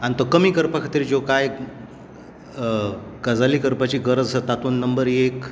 आनी तो कमी करपा खातीर ज्यो कांय गजाली करपाची गरज आसा तातूंत बरी एक